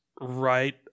right